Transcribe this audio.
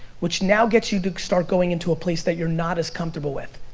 which now gets you to start going into a place that you're not as comfortable with.